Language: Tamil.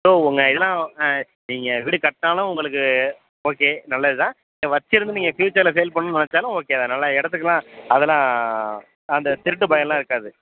ஸோ உங்கள் இதெல்லாம் ஆ நீங்கள் வீடு கட்டினாலும் உங்களுக்கு ஓகே நல்லது தான் வச்சுயிருந்து நீங்கள் ஃப்யூச்சரில் சேல் பண்ணுன்னு நினச்சாலும் ஓகே தான் நல்லா இடத்துக்கெல்லாம் அதெல்லாம் அந்த திருட்டு பயமெலாம் இருக்காது